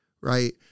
right